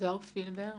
זהר פילבר,